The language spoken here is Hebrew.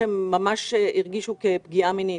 שהן ממש הרגישו פגיעה מינית.